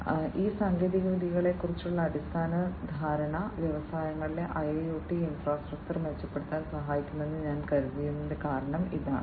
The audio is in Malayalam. അതിനാൽ ഈ സാങ്കേതികവിദ്യകളെക്കുറിച്ചുള്ള അടിസ്ഥാന ധാരണ വ്യവസായങ്ങളിലെ IIoT ഇൻഫ്രാസ്ട്രക്ചർ മെച്ചപ്പെടുത്താൻ സഹായിക്കുമെന്ന് ഞാൻ കരുതിയതിന്റെ കാരണം ഇതാണ്